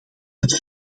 het